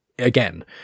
Again